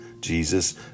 Jesus